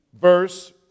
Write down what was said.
verse